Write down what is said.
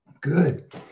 Good